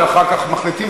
ואחר כך מחליטים,